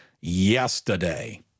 yesterday